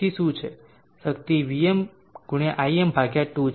શક્તિ Vm × Im 2 છે